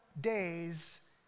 days